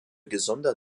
gesunder